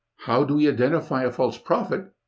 how do we identify a false prophet,